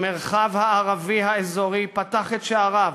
המרחב הערבי האזורי פתח את שעריו